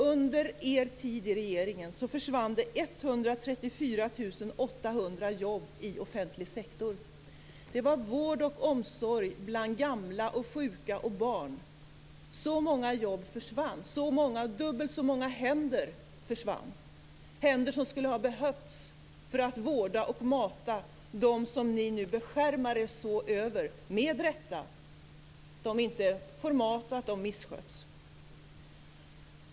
Under er tid i regering försvann det 134 800 jobb i offentlig sektor. Det var jobb inom vård och omsorg bland gamla, sjuka och barn. Så många jobb försvann. Dubbelt så många händer försvann - händer som skulle ha behövts för att vårda och mata dem som ni nu beskärmar er så över - med rätta - för att de inte får mat och för att de missköts.